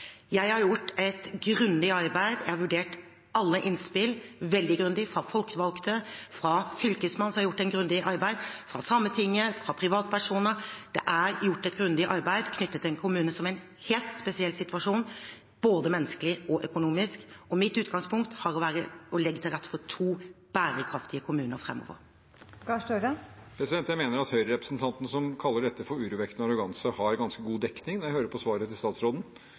Jeg har gjort et grundig arbeid. Jeg har vurdert alle innspill veldig grundig – fra folkevalgte, fra Fylkesmannen, som har gjort et grundig arbeid, fra Sametinget og fra privatpersoner. Det er gjort et grundig arbeid knyttet til en kommune som er i en helt spesiell situasjon både menneskelig og økonomisk. Mitt utgangspunkt har vært å legge til rette for to bærekraftige kommuner framover. Jeg mener at Høyre-representanten som kaller dette urovekkende arroganse, har ganske god dekning når jeg hører svaret fra statsråden.